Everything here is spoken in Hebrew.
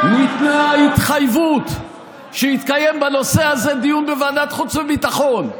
ניתנה ההתחייבות שיתקיים בנושא הזה דיון בוועדת חוץ וביטחון,